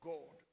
God